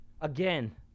Again